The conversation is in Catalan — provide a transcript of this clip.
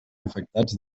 afectats